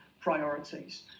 priorities